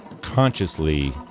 consciously